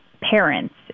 parents